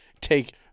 take